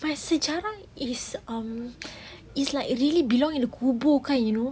my sejarah is um is like really belong to the kubur kind you know